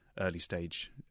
early-stage